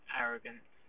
arrogance